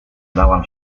dałam